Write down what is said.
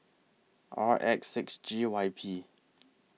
R X six G Y P